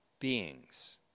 beings